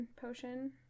potion